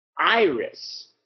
Iris